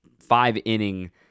five-inning